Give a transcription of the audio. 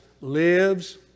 lives